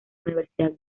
universidad